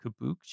Kabuki